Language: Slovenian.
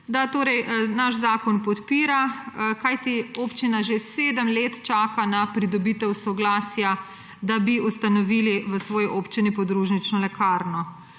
naš zakon podpira, kajti občina že sedem let čaka na pridobitev soglasja, da bi ustanovili v svoji občini podružnično lekarno.